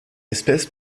espèce